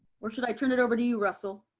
or should i turn it over to you russell?